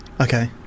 Okay